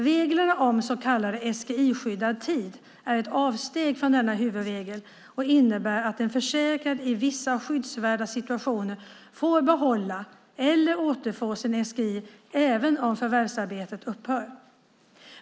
Reglerna om så kallad SGI-skyddad tid är ett avsteg från denna huvudregel och innebär att en försäkrad i vissa skyddsvärda situationer får behålla eller återfå sin SGI även om förvärvsarbetet upphör.